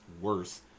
worse